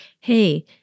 Hey